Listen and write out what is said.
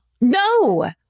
No